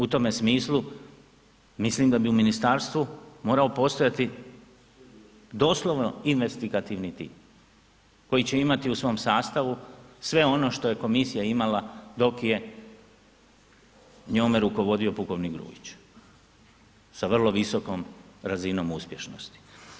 U tome smislu mislim da bi u ministarstvu morao postojati doslovno investigativni tim koji će imati u svom sastavu sve ono što je komisija imala dok je njome rukovodio pukovnik Grujić sa vrlo visokom razinom uspješnosti.